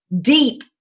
deep